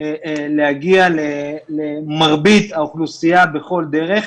להגיע למרבית האוכלוסייה בכל דרך.